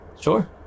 sure